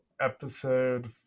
episode